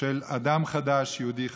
של אדם חדש, יהודי חדש.